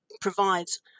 provides